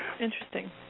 Interesting